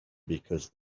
because